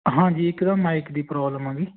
ਹਾਂਜੀ ਇੱਕ ਦਮ ਮਾਇਕ ਦੀ ਪ੍ਰੋਲਮ ਆ ਗਈ